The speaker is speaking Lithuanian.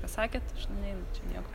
ką sakėt aš neinu čia niekur